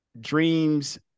dreams